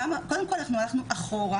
קודם כל אנחנו הלכנו אחורה.